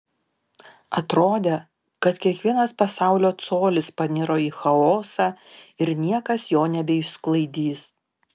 atrodė kad kiekvienas pasaulio colis paniro į chaosą ir niekas jo nebeišsklaidys